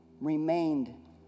remained